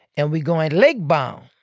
and we going lake-bound.